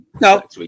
no